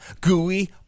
gooey